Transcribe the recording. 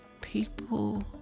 people